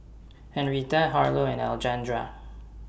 Henrietta Harlow and Alejandra